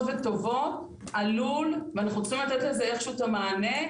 וטובות עלול ואנחנו צריכים לתת על זה איכשהו את המענה,